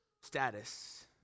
status